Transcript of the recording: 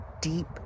deep